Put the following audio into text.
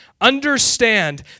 understand